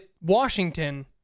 Washington